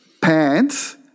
pants